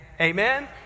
Amen